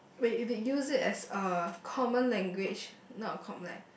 when if you use it as a common language not a common lang~